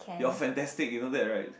you're fantastic you know that right